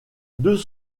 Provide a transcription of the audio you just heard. deux